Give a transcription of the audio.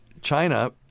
China